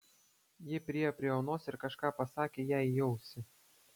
ji priėjo prie onos ir kažką pasakė jai į ausį